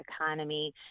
economy